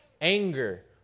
Anger